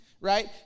right